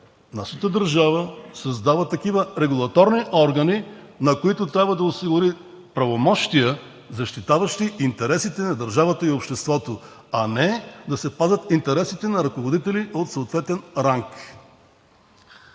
нашата държава е създала такива регулаторни органи, на които трябва да осигури правомощия, защитаващи интересите на държавата и обществото, а не да се пазят интересите на ръководители от съответен ранг.